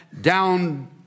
down